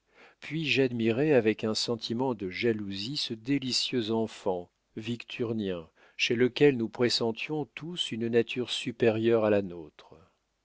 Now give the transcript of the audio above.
puis j'admirais avec un sentiment de jalousie ce délicieux enfant victurnien chez lequel nous pressentions tous une nature supérieure à la nôtre